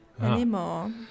Anymore